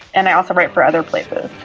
and i also write for other places.